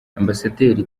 ambasaderi